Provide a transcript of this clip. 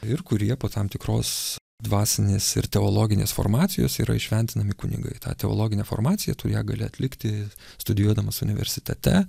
ir kurie po tam tikros dvasinės ir teologinės formacijos yra įšventinami kunigai tą teologinę formaciją tu ją gali atlikti studijuodamas universitete